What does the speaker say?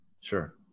Sure